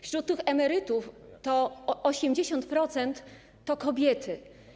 Wśród tych emerytów 80% to kobiety.